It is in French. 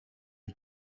est